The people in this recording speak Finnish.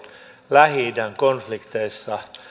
lähi idän konflikteissa